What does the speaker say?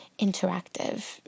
interactive